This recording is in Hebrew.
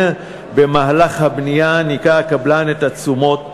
במהלך הבנייה ניכה הקבלן את התשומות,